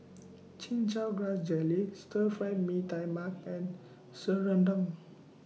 Chin Chow Grass Jelly Stir Fried Mee Tai Mak and Serunding